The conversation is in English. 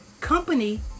company